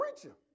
preacher